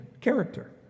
character